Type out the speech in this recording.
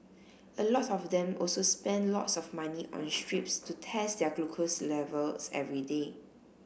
a lot of them also spend lots of money on strips to test their glucose levels every day